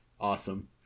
Awesome